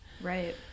Right